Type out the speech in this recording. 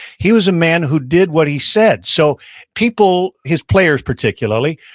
he was a man who did what he said. so people, his players particularly,